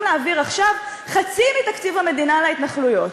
להעביר עכשיו חצי מתקציב המדינה להתנחלויות.